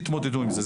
תתמודד עם זה.